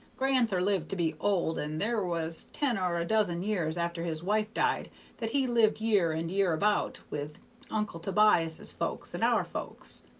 gran'ther lived to be old, and there was ten or a dozen years after his wife died that he lived year and year about with uncle tobias's folks and our folks.